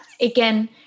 again